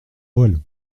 voiles